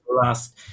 last